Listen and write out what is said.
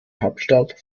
hauptstadt